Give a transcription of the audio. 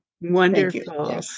Wonderful